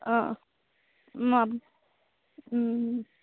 অঁ অঁ